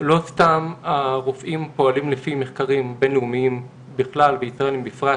זה לא סתם מילים, זה באמת